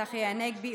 צחי הנגבי,